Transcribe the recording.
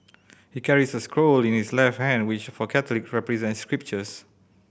he carries a scroll in his left hand which for Catholic represent scriptures